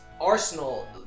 Arsenal